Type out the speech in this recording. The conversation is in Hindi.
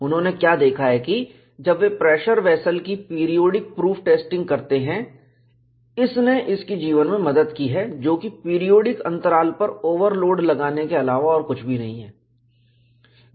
उन्होंने क्या देखा है कि जब वे प्रेशर वेसल की पीरियोडिक प्रूफ टेस्टिंग करते हैं इसने इसकी जीवन में मदद की है जो कि पीरियोडिक अंतराल पर ओवरलोड लगाने के अलावा और कुछ भी नहीं है